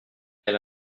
elle